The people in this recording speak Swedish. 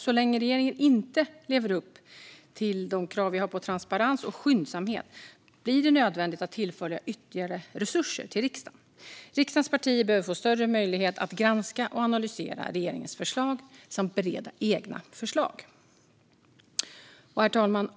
Så länge regeringen inte lever upp till de krav vi har på transparens och skyndsamhet blir det nödvändigt att tillföra ytterligare resurser till riksdagen. Riksdagens partier behöver få större möjlighet att granska och analysera regeringens förslag samt bereda egna förslag. Herr talman!